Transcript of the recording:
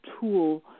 tool